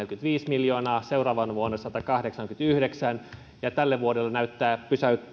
kaksisataaneljäkymmentäviisi miljoonaa seuraavana vuonna satakahdeksankymmentäyhdeksän miljoonaa ja tälle vuodelle se näyttää